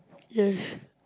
yes